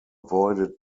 avoided